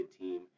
team